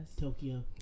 tokyo